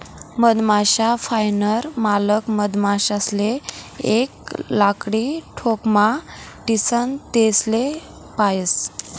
मधमाश्या पायनार मालक मधमाशासले एक लाकडी खोकामा ठीसन तेसले पायस